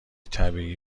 طبیعی